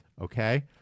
Okay